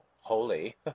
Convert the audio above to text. holy